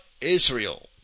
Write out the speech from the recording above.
Israel